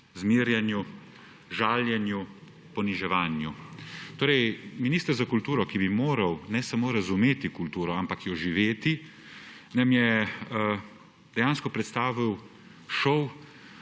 zmerjanju, žaljenju, poniževanju. Torej, minister za kulturo, ki bi moral ne samo razumeti kulturo, ampak jo živeti, nam je dejansko predstavil šov